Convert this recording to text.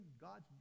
God's